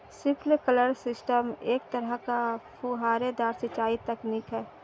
sprinkler system एक तरह का फुहारेदार सिंचाई तकनीक है